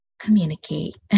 communicate